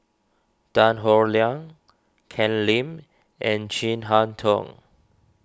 Tan Howe Liang Ken Lim and Chin Harn Tong